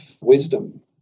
wisdom